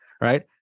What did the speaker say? right